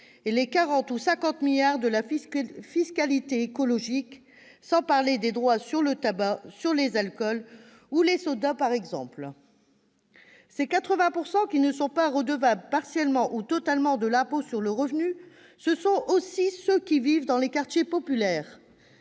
et les 40 ou 50 milliards d'euros de la fiscalité écologique, sans parler des droits sur le tabac, les alcools et les sodas, entre autres exemples. Ces 80 % qui ne sont pas redevables, partiellement ou totalement, de l'impôt sur le revenu sont aussi ceux qui vivent dans les quartiers populaires,